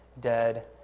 dead